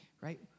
right